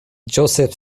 joseph